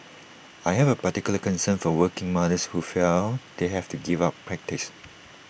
I have A particular concern for working mothers who feel they have to give up practice